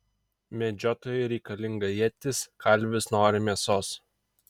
medžiotojui reikalinga ietis kalvis nori mėsos